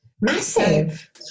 Massive